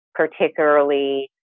particularly